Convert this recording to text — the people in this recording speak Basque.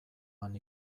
han